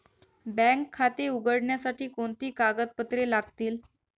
Bank खाते उघडण्यासाठी कोणती कागदपत्रे लागतील?